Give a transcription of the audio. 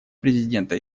президента